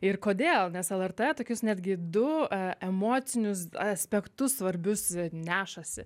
ir kodėl nes lrt tokius netgi du emocinius aspektus svarbius nešasi